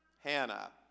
Hannah